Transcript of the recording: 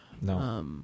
No